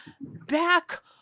back